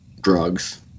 drugs